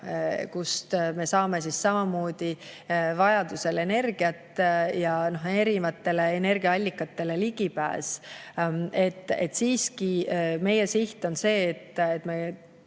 kust me saame samamoodi vajadusel energiat. Peab olema erinevatele energiaallikatele ligipääs. Aga siiski meie siht on see, et me